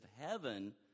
heaven